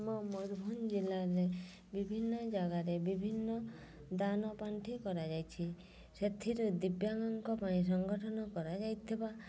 ଆମ ମୟୂରଭଞ୍ଜ ଜିଲ୍ଲାରେ ବିଭିନ୍ନ ଜାଗାରେ ବିଭିନ୍ନ ଦାନ ପାଣ୍ଠି କରାଯାଇଛି ସେଥିରୁ ଦିବ୍ୟାଙ୍ଗଙ୍କ ପାଇଁ ସଂଗଠନ କରାଯାଇଥିବା